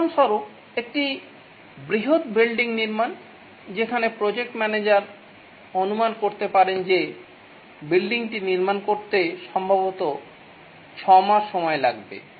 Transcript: উদাহরণস্বরূপ একটি বৃহত বিল্ডিং নির্মাণ এখানে প্রজেক্ট ম্যানেজার অনুমান করতে পারেন যে বিল্ডিংটি নির্মাণ করতে সম্ভবত 6 মাস সময় লাগবে